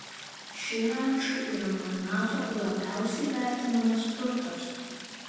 ši ranča yra magnato labiausiai vertinamas turtas